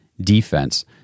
defense